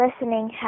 listening